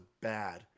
bad